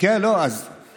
אולי תפנה לשר החינוך שיוציא,